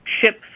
ships